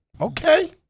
Okay